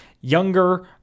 younger